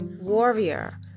warrior